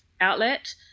outlet